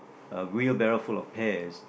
a wheelbarrow full of pears